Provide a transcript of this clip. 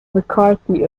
mccarthy